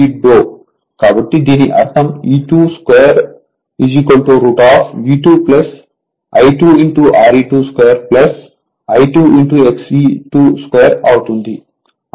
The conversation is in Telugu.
కాబట్టి దీని అర్థం E2 2 √ V2 I2 Re2 2 I2 Xe2 2 అవుతుంది